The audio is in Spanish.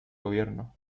gobierno